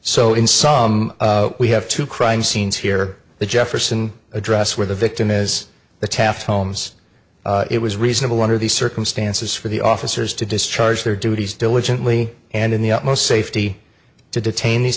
so in some we have two crime scenes here the jefferson address where the victim is the taft homes it was reasonable under the circumstances for the officers to discharge their duties diligently and in the utmost safety to detain these